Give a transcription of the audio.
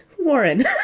Warren